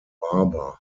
barber